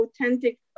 authentic